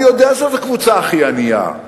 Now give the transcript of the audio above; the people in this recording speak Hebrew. אני יודע שזאת הקבוצה הכי ענייה,